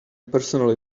personally